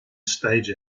stage